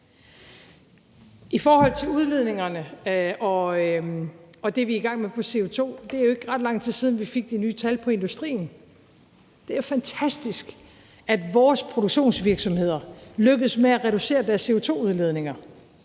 I forhold til udledningerne og det, vi er i gang med på CO2-området, er det jo ikke ret lang tid siden, vi fik de nye tal for industrien. Det er fantastisk, at vores produktionsvirksomheder lykkes med at reducere deres CO2-udledninger.